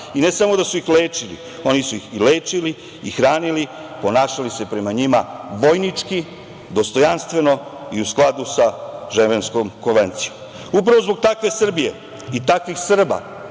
Ne samo da su ih lečili, oni su ih i lečili i hranili, ponašali se prema njima vojnički, dostojanstveno i u skladu sa Ženevskom konvencijom. Upravo zbog takve Srbije i takvih Srba